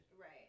Right